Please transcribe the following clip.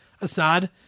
Assad